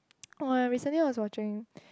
oh recently I was watching